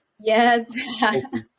yes